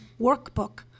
workbook